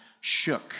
shook